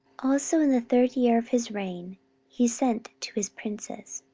also in the third year of his reign he sent to his princes,